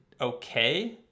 Okay